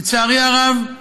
לצערי הרב,